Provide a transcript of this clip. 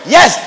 Yes